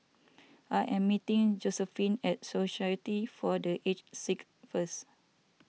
I am meeting Josephine at Society for the Aged Sick first